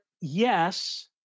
yes